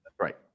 right